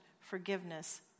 forgiveness